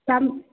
दाम